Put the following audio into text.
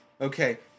Okay